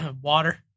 Water